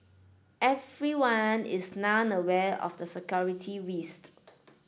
everyone is now aware of the security risk